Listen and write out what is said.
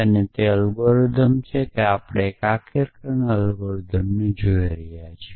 અને તે એલ્ગોરિધમછે કે આપણે એકીકરણ એલ્ગોરિધમનો શોધી રહ્યા છીએ